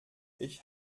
ich